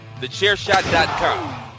TheChairShot.com